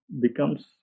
becomes